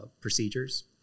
procedures